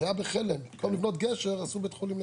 זה היה בחלם, במקום לבנות גשר, עשו בית חולים.